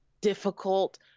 difficult